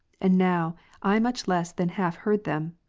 and now i much less than half heard them,